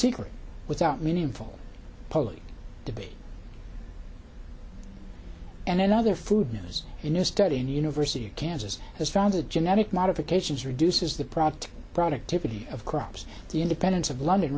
secret without meaningful public debate and other food matters a new study in the university of kansas has found a genetic modifications reduces the product productivity of crops the independence of london